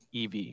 ev